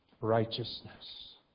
righteousness